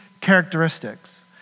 characteristics